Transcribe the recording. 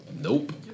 Nope